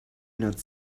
not